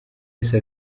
wese